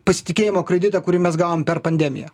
pasitikėjimo kreditą kurį mes gavom per pandemiją